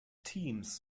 teams